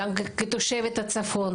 כתושבת הצפון,